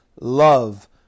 love